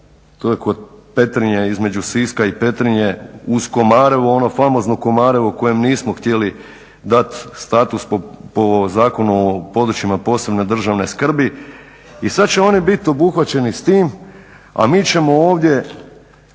to je kod Petrinje između Siska i Petrinje uz Komarevo ono famozno KOmarevo kojem nismo htjeli dati status po Zakonu o područjima od posebne državne skrbi i sada će oni bit obuhvaćeni s tim, a mi ćemo ovdje